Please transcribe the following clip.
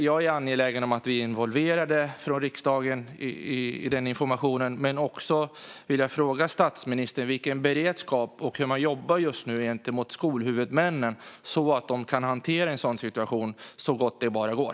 Jag är angelägen om att vi från riksdagen är involverade och får ta del av informationen, men jag vill också fråga statsministern vilken beredskap man har och hur man just nu jobbar gentemot skolhuvudmännen så att de kan hantera en sådan situation så gott det bara går.